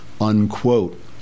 Unquote